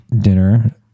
dinner